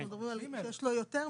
אנחנו מדברים על מי שיש לו יותר.